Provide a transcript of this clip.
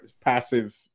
passive